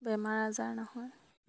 বেমাৰ আজাৰ নহয়